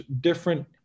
different